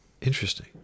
Interesting